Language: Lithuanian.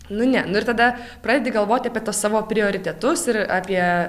nu ne nu ir tada pradedi galvoti apie savo prioritetus ir apie